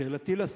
שאלתי לשר: